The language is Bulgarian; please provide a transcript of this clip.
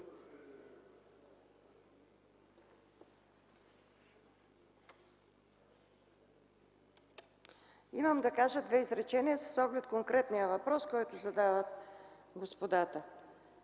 Имам да кажа две изречения с оглед конкретния въпрос, който задават господата.